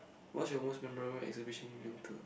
what's your most memorable exhibition you been to